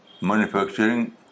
manufacturing